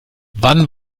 wann